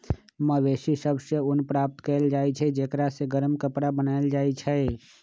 मवेशि सभ से ऊन प्राप्त कएल जाइ छइ जेकरा से गरम कपरा बनाएल जाइ छइ